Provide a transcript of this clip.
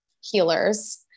healers